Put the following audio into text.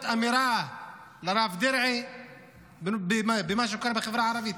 צריכה להיות אמירה לרב דרעי על מה שקורה בחברה הערבית.